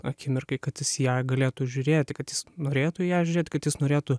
akimirkai kad jis į ją galėtų žiūrėti kad jis norėtų į ją žiūrėti kad jis norėtų